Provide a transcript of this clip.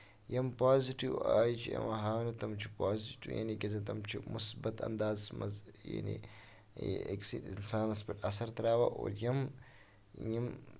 یِم پوزِٹو آیہِ چھِ یِوان ہاونہٕ تٕم چھِ پوزِٹِو یعنی کہِ زِ تٕم چھِ مُسبت اَندازَس منٛز یعنی أکسی اِنسانس پٮ۪ٹھ اَثر تراوان اور یِم یِم